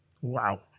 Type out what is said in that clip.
Wow